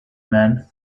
men